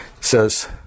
says